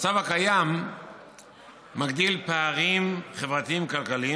המצב הקיים מגדיל פערים חברתיים-כלכליים